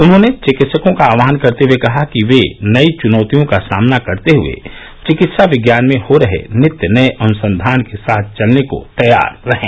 उन्होंने चिकित्सकों का आहवान करते हए कहा कि वे नई च्नौतियों का सामना करते हुए चिकित्सा विज्ञान में हो रहे नित्य नये अनुसंधान के साथ चलने के लिए तैयार रहें